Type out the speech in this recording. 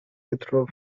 withdraw